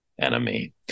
enemy